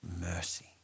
mercy